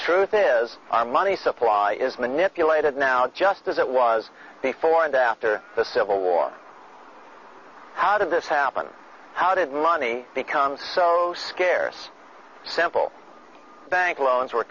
truth is our money supply is manipulated now just as it was before and after the civil war how did this happen how did money become so scarce semple bank loans were